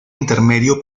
intermedio